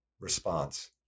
response